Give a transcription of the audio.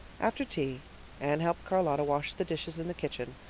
after tea anne helped charlotta wash the dishes in the kitchen,